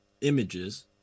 images